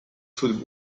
zum